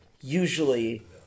usually